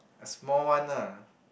a small one ah